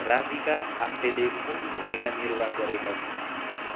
राधिका आप्टेले कुन भूमिका निर्वाह गरेकी छिन्